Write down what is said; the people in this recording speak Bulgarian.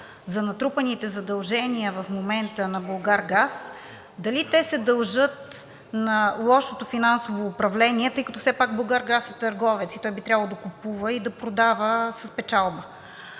за натрупаните задължения в момента на „Булгаргаз“, да обясни дали те се дължат на лошото финансово управление, тъй като все пак „Булгаргаз“ е търговец, той би трябвало да купува и да продава с печалба?